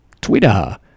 Twitter